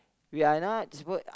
we are not supposed